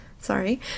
sorry